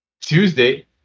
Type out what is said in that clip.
Tuesday